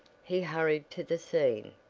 he hurried to the scene.